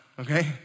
okay